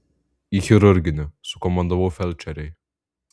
į chirurginį sukomandavau felčerei